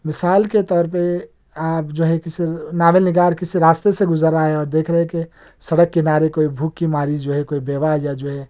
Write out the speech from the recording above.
مِثال کے طور پہ آپ جو ہے کسی ناول نِگار کسی راستے سے گُزر رہا ہے اور دیکھ رہا ہے کہ سڑک کنارے کوئی بھوک کی ماری جو ہے کوئی بیوہ یا جو ہے